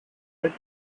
right